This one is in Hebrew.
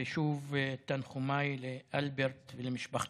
ושוב, תנחומיי לאלברט ולמשפחתו.